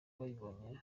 babibonye